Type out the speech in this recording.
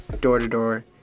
door-to-door